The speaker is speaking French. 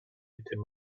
était